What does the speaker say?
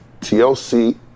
TLC